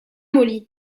molly